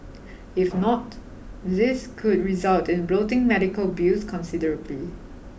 if not this could result in bloating medical bills considerably